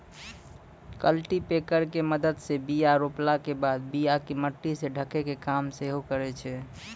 cultipacker के मदत से बीया रोपला के बाद बीया के मट्टी से ढकै के काम सेहो करै छै